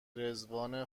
رضوان